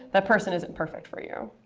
that person isn't perfect for you.